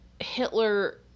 Hitler